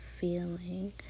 feeling